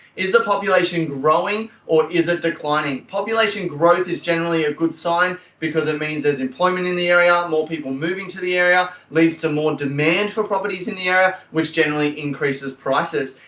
is the population growing? or is it declining? population growth is generally a good sign because it means there's employment in the area, more people moving into the area, leads to more demand for properties in the area which generally increases prices.